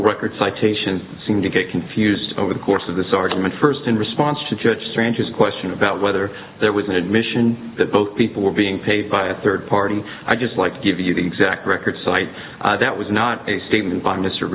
couple record citation seem to get confused over the course of this argument first in response to judge tranches question about whether there was an admission that both people were being paid by a third party i just like to give you the exact record cite that was not a statement by mr